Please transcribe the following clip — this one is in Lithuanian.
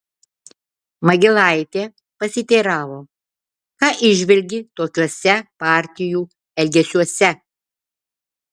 magylaitė pasiteiravo ką įžvelgi tokiuose partijų elgesiuose